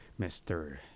Mr